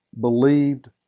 Believed